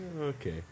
Okay